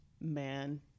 man